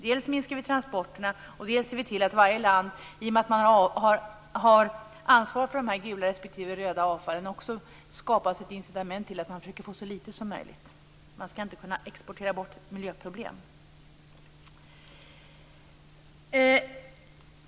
Dels minskar vi transporterna, dels ser vi till att det för varje land, i och med att man har ansvar för det gula respektive röda avfallet, skapas ett incitament till att försöka få så lite avfall som möjligt. Man skall inte kunna exportera bort miljöproblem.